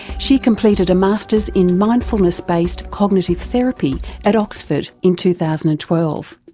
she completed a masters in mindfulness-based cognitive therapy at oxford in two thousand and twelve,